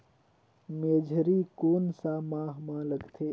मेझरी कोन सा माह मां लगथे